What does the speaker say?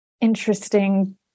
interesting